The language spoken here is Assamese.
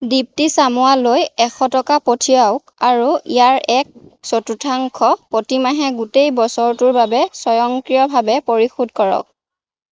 দীপ্তী চামুৱালৈ এশ টকা পঠিয়াওক আৰু ইয়াৰ এক চতুৰ্থাংশ প্ৰতিমাহে গোটেই বছৰটোৰ বাবে স্বয়ংক্ৰিয়ভাৱে পৰিশোধ কৰক